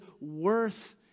worth